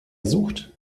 sucht